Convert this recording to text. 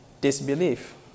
disbelief